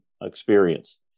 experience